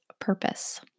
purpose